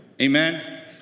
Amen